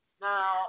Now